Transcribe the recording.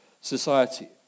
society